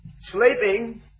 sleeping